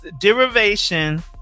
derivation